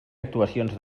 actuacions